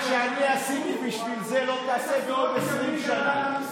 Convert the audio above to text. מה שאני עשיתי בשביל זה לא תעשה בעוד 20 שנה.